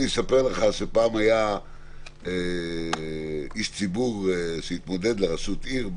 אני אספר לך שפעם היה איש ציבור שהתמודד לראשות עיר,